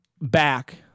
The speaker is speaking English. back